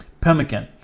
Pemmican